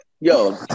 yo